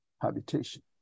habitation